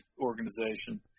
organization